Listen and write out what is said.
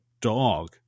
dog